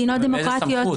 מאיזה מסכות?